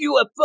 UFO